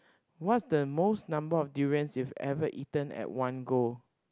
what's the most number of durians you've ever eaten at one go